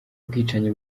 ubwicanyi